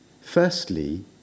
Firstly